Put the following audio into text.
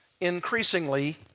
increasingly